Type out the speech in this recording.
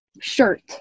shirt